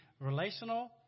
relational